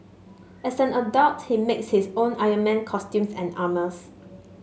as an adult he makes his own Iron Man costumes and armours